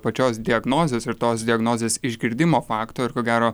pačios diagnozės ir tos diagnozės išgirdimo fakto ir ko gero